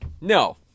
No